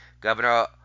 Governor